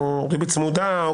ריבית צמודה,